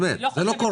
נו, באמת, זה לא קורה.